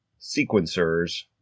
sequencers